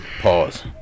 Pause